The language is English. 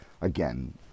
again